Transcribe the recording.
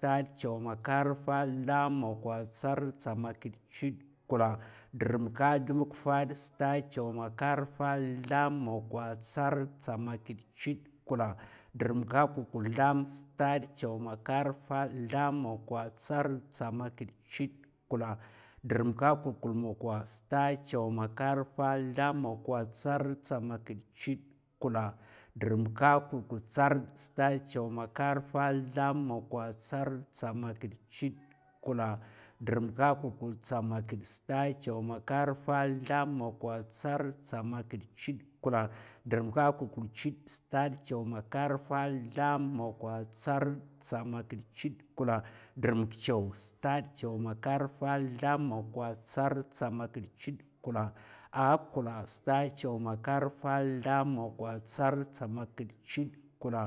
Staɗ, chaw, makar, fad, zlam, mokwa, tsarrd, tsamakid, chudè, kulla. dr'mka d'mbuk fad. stad, chaw, makar, fad, zlam, mokwa, tsarrd, tsamakid, chudè, kulla. dr'mka kulkul zlam. stad, chaw, makar, fad, zlam, mokwa, tsarrd, tsamakid, chudè, kulla. dr'mka kulkul mokwa. stad, chaw, makar, fad, zlam, mokwa, tsarrd, tsamakid, chudè, kulla. dr'mka kulkul tsarrd. staɗ, chaw, makar, fad, zlam, mokwa, tsarrd, tsamakid, chudè, kulla. dr'mka kulkul tsamakid. stad, chaw, makar, fad, zlam, mokwa, tsarrd, tsamakid, chudè, kulla. dr'mka kulkul chudè. stad, chaw, makar, fad, zlam, mokwa, tsarrd, tsamakid, chudè, kulla. dr'mak chaw. staɗ, chaw, makar, fad, zlam, mokwa, tsarrd, tsamakid, chudè, kulla. A kulkul kula. stad, chaw, makar, fad, zlam, mokwa, tsarrd, tsamakid, chudè, kulla.